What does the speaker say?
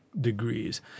degrees